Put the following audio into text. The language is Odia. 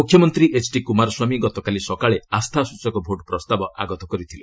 ମୁଖ୍ୟମନ୍ତ୍ରୀ ଏଚ୍ଡି କୁମାରସ୍ୱାମୀ ଗତକାଲି ସକାଳେ ଆସ୍ଥାସ୍ଟଚକ ଭୋଟ୍ ପ୍ରସ୍ତାବ ଆଗତ କରିଥିଲେ